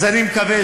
אז אני מקווה,